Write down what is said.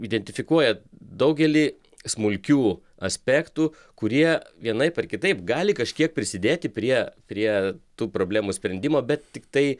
identifikuoja daugelį smulkių aspektų kurie vienaip ar kitaip gali kažkiek prisidėti prie prie tų problemų sprendimo bet tiktai